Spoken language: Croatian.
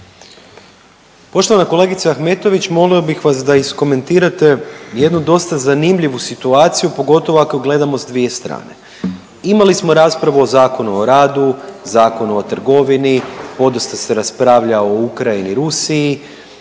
Poštovana kolegice Ahmetović molio bih vas da iskomentirate jednu dosta zanimljivu situaciju pogotovo ako gledamo s dvije strane. Imali smo raspravu o Zakonu o radu, Zakonu o trgovini, podosta se raspravlja o Ukrajini i Rusiji